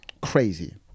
crazy